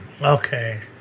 okay